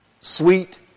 Sweet